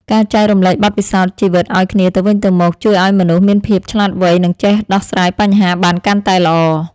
ការចែករំលែកបទពិសោធន៍ជីវិតឱ្យគ្នាទៅវិញទៅមកជួយឱ្យមនុស្សមានភាពឆ្លាតវៃ និងចេះដោះស្រាយបញ្ហាបានកាន់តែល្អ។